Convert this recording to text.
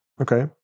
okay